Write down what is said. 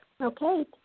Okay